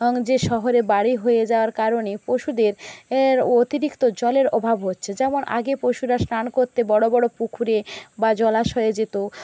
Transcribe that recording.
যে শহরে বাড়ি হয়ে যাওয়ার কারণে পশুদের অতিরিক্ত জলের অভাব হচ্ছে যেমন আগে পশুরা স্নান করতে বড়ো বড়ো পুকুরে বা জলাশয়ে যেত